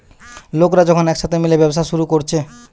লোকরা যখন একসাথে মিলে ব্যবসা শুরু কোরছে